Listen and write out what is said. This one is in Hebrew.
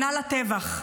שנה לטבח,